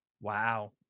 wow